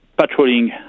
patrolling